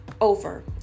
over